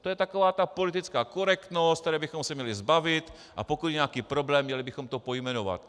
To je taková ta politická korektnost, které bychom se měli zbavit, a pokud je nějaký problém, měli bychom to pojmenovat.